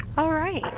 alright.